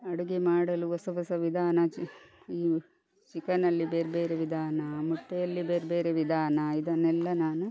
ಅಡುಗೆ ಮಾಡಲು ಹೊಸ ಹೊಸ ವಿಧಾನ ಈ ಚಿಕನಲ್ಲಿ ಬೇರೆ ಬೇರೆ ವಿಧಾನ ಮೊಟ್ಟೆಯಲ್ಲಿ ಬೇರೆ ಬೇರೆ ವಿಧಾನ ಇದನ್ನೆಲ್ಲ ನಾನು